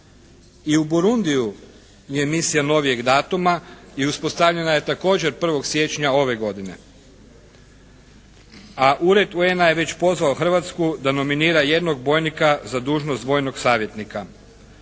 I u Burundiju je misija novijeg datuma i uspostavljena je također 1. siječnja ove godine. A ured UN-a je već pozvao Hrvatsku da nominira jednog bojnika za dužnost vojnog savjetnika.